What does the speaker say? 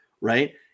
right